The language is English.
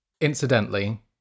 Incidentally